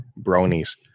bronies